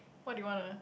what do you wanna